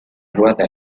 rather